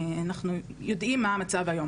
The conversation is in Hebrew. אנחנו יודעים מה המצב היום.